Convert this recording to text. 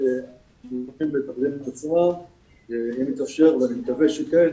אם יתאפשר, ואני מקווה שכן,